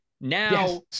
now